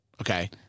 Okay